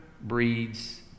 breeds